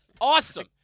Awesome